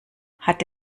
hat